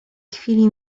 chwili